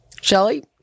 Shelly